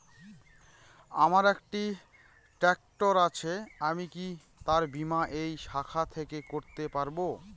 আমার একটি ট্র্যাক্টর আছে আমি কি তার বীমা এই শাখা থেকে করতে পারব?